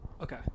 okay